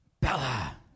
bella